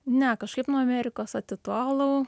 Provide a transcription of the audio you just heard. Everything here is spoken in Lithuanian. ne kažkaip nuo amerikos atitolau